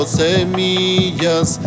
semillas